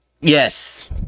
Yes